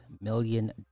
million